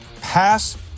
pass